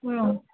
ம்